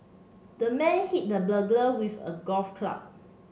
the man hit the burglar with a golf club